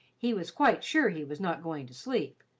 he was quite sure he was not going to sleep,